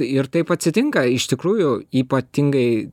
ir taip atsitinka iš tikrųjų ypatingai